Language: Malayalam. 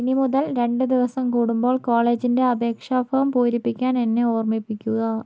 ഇനി മുതൽ രണ്ട് ദിവസം കൂടുമ്പോൾ കോളേജിൻ്റെ അപേക്ഷാ ഫോം പൂരിപ്പിക്കാൻ എന്നെ ഓർമ്മിപ്പിക്കുക